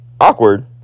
awkward